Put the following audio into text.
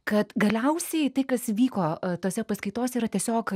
kad galiausiai tai kas vyko tose paskaitose yra tiesiog